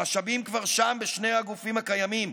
המשאבים כבר שם, בשני הגופים הקיימים,